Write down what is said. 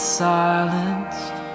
silenced